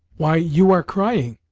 why, you are crying!